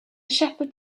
shepherd